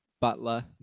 Butler